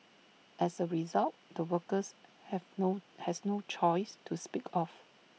as A result the workers have no has no choice to speak of